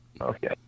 Okay